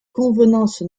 convenances